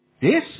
Yes